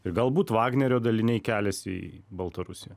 ir galbūt vagnerio daliniai keliasi į baltarusiją